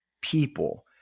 people